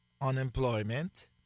unemployment